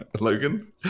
Logan